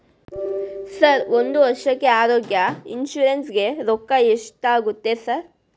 Sir ಒಂದು ವರ್ಷಕ್ಕೆ ಆರೋಗ್ಯ ಇನ್ಶೂರೆನ್ಸ್ ಗೇ ರೊಕ್ಕಾ ಎಷ್ಟಾಗುತ್ತೆ ಸರ್?